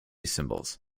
cymbals